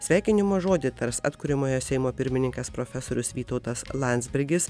sveikinimo žodį tars atkuriamojo seimo pirmininkas profesorius vytautas landsbergis